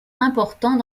important